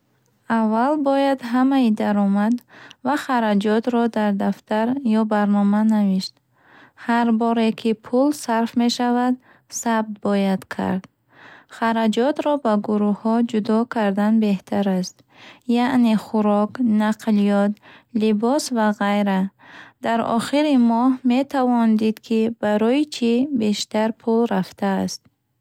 Аввал бояд ҳамаи даромад ва хараҷотро дар дафтар ё барнома навишт. Ҳар боре, ки пул сарф мешавад, сабт бояд кард. Хараҷотро ба гурӯҳҳо ҷудо кардан беҳтар аст. Яъне хӯрок, нақлиёт, либос ва ғайра. Дар охири моҳ метавон дид, ки барои чӣ бештар пул рафтааст.